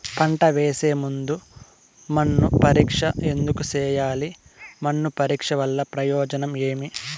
పంట వేసే ముందు మన్ను పరీక్ష ఎందుకు చేయాలి? మన్ను పరీక్ష వల్ల ప్రయోజనం ఏమి?